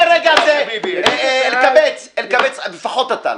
מרגע זה, אלקבץ, אלקבץ, לפחות אתה לא.